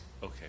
Okay